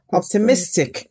optimistic